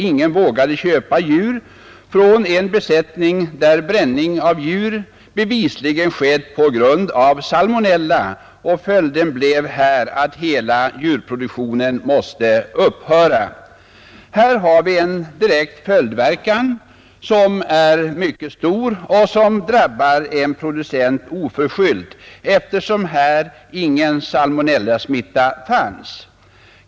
Ingen vågade köpa djur från en besättning där bränning av djur bevisligen skett på grund av salmonella. Följden blev att hela djurproduktionen måste upphöra. Här har vi en direkt följdverkan som är mycket stor och som drabbar en producent oförskyllt, eftersom ingen salmonellasmitta fanns.